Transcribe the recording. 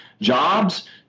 jobs